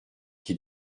qui